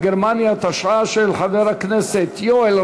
כי הונחו היום על שולחן הכנסת מסקנות הוועדה